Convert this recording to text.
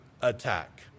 attack